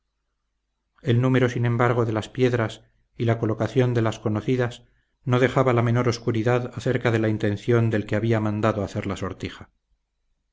el número sin embargo de las piedras y la colocación de las conocidas no dejaba la menor oscuridad acerca de la intención del que había mandado hacer la sortija